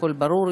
הכול ברור?